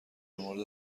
مورد